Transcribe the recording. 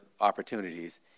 opportunities